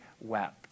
wept